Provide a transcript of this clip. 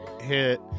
hit